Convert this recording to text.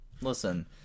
listen